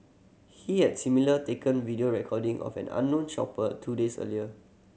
he had similar taken video recording of an unknown shopper two days earlier